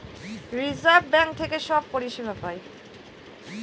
reserve bank থেকে সব পরিষেবা পায়